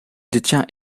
détient